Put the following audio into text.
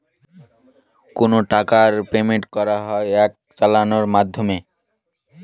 কোনো টাকার পেমেন্ট করা হয় এক চালানের মাধ্যমে